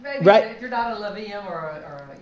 Right